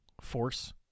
force